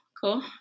Cool